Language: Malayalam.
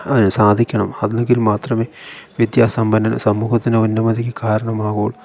അവന് സാധിക്കണം എങ്കിൽ മാത്രമേ വിദ്യാസമ്പന്നന് സമൂഹത്തിന്റെ ഉന്നതിക്ക് കാരണമാകുകയുള്ളൂ